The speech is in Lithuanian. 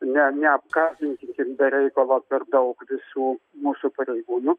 ne neapkaltinkim tik be reikalo per daug visų mūsų pareigūnų